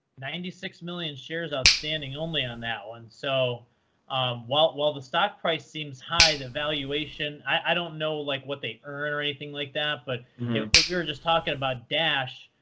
ninety six million shares outstanding only on that one. so um while while the stock price seems high, the valuation i don't know like what they earn or anything like that. but but we were just talking about dash.